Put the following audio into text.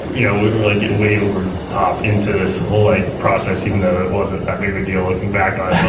you know we were like getting way over the top into this whole like process even though it wasn't that big of a deal looking back on it.